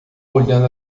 olhando